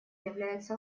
является